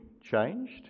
changed